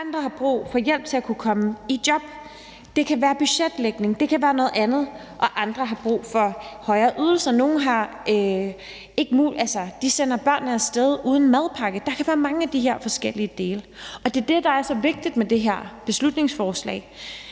andre har brug for hjælp til at kunne komme i job, det kan være budgetlægning, det kan være noget andet, og andre har brug for højere ydelser. Nogen sender børnene af sted uden madpakke. Der kan være mange af de her forskellige dele. Det, der er så vigtigt med det her beslutningsforslag,